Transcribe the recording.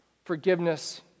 Forgiveness